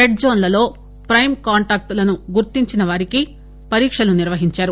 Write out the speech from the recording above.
red జోన్లలో పైమ్ కాంటాక్టులను గుర్తించిన వారికి పరీక్షలు నిర్వహిందారు